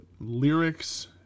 lyrics